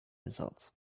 results